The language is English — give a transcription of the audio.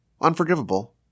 unforgivable